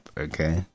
okay